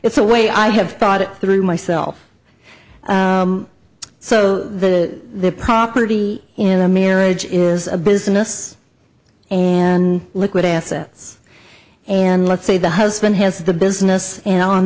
it's a way i have thought it through myself so the the property in a marriage is a business and liquid assets and let's say the husband has the business